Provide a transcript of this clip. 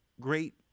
great